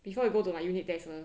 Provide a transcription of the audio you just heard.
before you go to my unit there's a